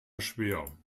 schwer